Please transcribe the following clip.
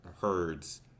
Herd's